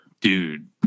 Dude